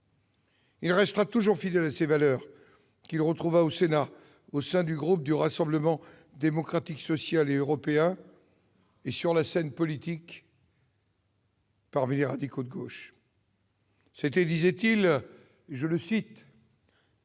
Il sera toujours fidèle à ces valeurs, qu'il retrouva au Sénat au sein du groupe du Rassemblement démocratique et social européen, et sur la scène politique parmi les radicaux de gauche. C'est, disait-il, « le parti